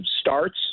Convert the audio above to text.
starts